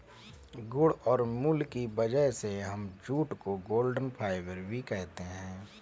गुण और मूल्य की वजह से हम जूट को गोल्डन फाइबर भी कहते है